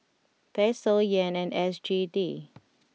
Peso Yen and S G D